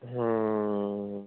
हम्म